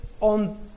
on